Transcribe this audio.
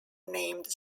named